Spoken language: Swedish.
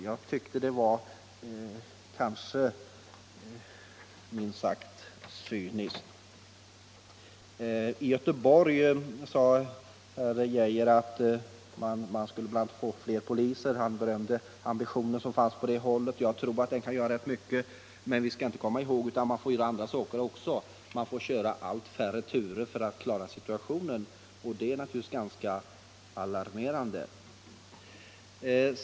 Herr Geijer berömde den ambition att anställa fler poliser som man har i Göteborg. En sådan åtgärd kan säkert bidra till att lösa problemen, men vi får inte glömma bort att man också måste vidta andra åtgärder. För att undvika alltför många våldsbrott måste spårvägen i Göteborg nu köra allt färre turer. Ett sådant förhållande är naturligtvis ganska alarmerande.